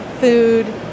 food